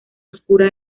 oscura